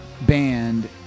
band